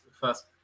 first